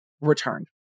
returned